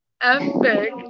Epic